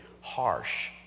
harsh